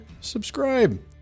subscribe